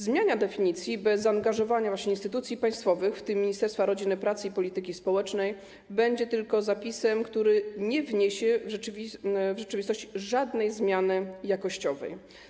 Zmiana definicji bez zaangażowania instytucji państwowych, w tym Ministerstwa Rodziny, Pracy i Polityki Społecznej, będzie tylko zapisem, który nie wniesie w rzeczywistości żadnej zmiany jakościowej.